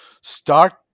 start